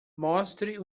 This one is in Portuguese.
mostre